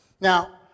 Now